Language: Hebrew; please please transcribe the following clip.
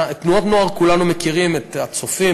תנועות נוער כולנו מכירים: "הצופים",